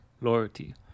Loyalty